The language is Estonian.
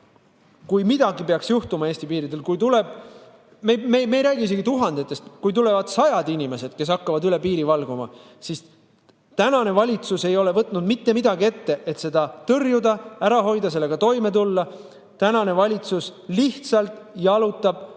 Kui midagi peaks juhtuma Eesti piiridel, kui tulevad, me ei räägi tuhandetest, aga kui tulevad sajad inimesed, kes hakkavad üle piiri valguma, siis tänane valitsus ei ole võtnud mitte midagi ette, et seda tõrjuda, ära hoida, sellega toime tulla. Tänane valitsus lihtsalt jalutab